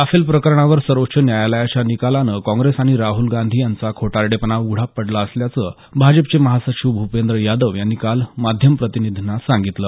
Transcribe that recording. Rafale प्रकरणावर सर्वोच्च न्यायालायच्या निकालानं काँग्रेस आणि राहुल गांधी यांचा खोटारडेपणा उघडा पडला असल्याचं भाजपाचे महासचिव भूपेंद्र यादव यांनी काल माध्यम प्रतिनिधींना सांगीतलं